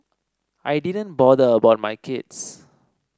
I didn't bother about my kids